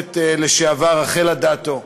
הכנסת לשעבר רחל אדטו,